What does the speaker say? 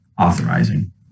authorizing